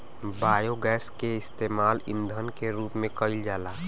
biogas के इस्तेमाल ईधन के रूप में कईल जाला